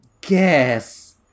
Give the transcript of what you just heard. guess